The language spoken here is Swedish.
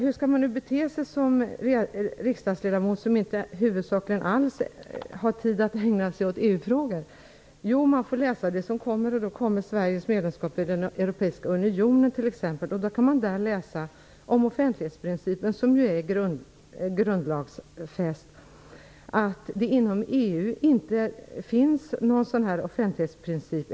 Hur skall man nu bete sig som riksdagsledamot, som huvudsakligen inte alls har tid att ägna sig åt EU-frågor? Jo, man får läsa de skrifter som kommer. I t.ex. Sveriges medlemskap i den europeiska unionen kan man läsa om offentlighetsprincipen, som ju är grundlagsfäst. Där står:''Inom EU:s tillämpades tills nyligen inte någon offentlighetsprincip.''